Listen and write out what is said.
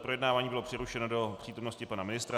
Projednávání bylo přerušeno do přítomnosti pana ministra.